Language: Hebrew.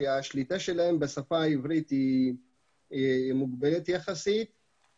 שהשליטה שלהם בשפה העברית היא מוגבלת יחסית.